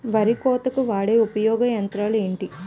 వరి కోతకు వాడే ఉపయోగించే యంత్రాలు ఏంటి?